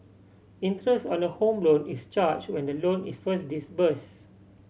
interest on a Home Loan is charge when the loan is first disburse